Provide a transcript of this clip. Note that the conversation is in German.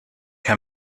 herr